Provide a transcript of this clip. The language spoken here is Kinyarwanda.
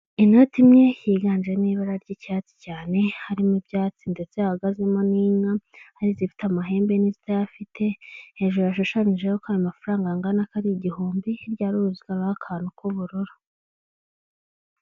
Inoti imwe yiganjemo ibara ry'icyatsi cyane harimo ibyatsi ndetse hahagazemo n'inka ari zifite amahembe n'izitayafite hejuru hashushanyijeho uko ayo mafaranga angana ko ari igihumbi hirya haruzwa n'akantu k'ubururu.